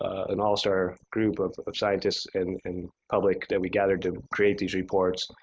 and also our group of of scientists and and public that we gathered to create these reports.